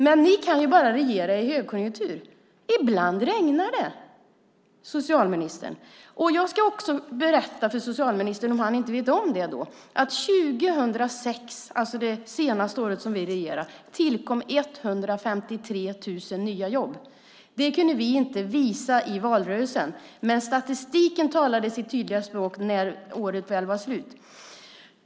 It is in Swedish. Men ni kan ju bara regera i högkonjunktur. Ibland regnar det, socialministern! Jag ska berätta för socialministern, om han nu inte vet om det, att 2006, alltså det senaste året då vi regerade, tillkom 153 000 nya jobb. Det kunde vi inte visa i valrörelsen, men statistiken talade sitt tydliga språk när året väl var slut.